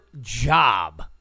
job